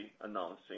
announcing